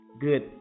good